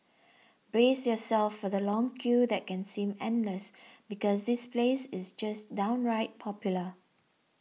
brace yourself for the long queue that can seem endless because this place is just downright popular